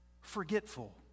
forgetful